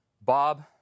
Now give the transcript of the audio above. Bob